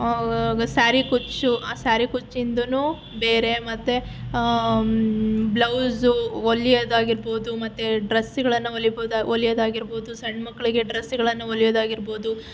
ಸಾರಿ ಕುಚ್ಚು ಆ ಸಾರಿ ಕುಚ್ಚಿಂದನೂ ಬೇರೆ ಮತ್ತೆ ಬ್ಲೌಸ್ ಹೊಲೆಯೋದಾಗಿರ್ಬೋದು ಮತ್ತೆ ಡ್ರೆಸ್ಗಳನ್ನು ಹೊಲೆಯೋದಾಗಿರ್ಬೋದಾ ಹೊಲೆಯೋದಾಗಿರ್ಬೋದು ಸಣ್ಣ ಮಕ್ಕಳಿಗೆ ಡ್ರೆಸ್ಗಳನ್ನು ಹೊಲೆಯೋದಾಗಿರ್ಬೋದು